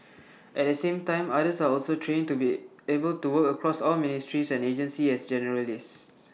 at the same time others are also trained to be able to work across all ministries and agencies as generalists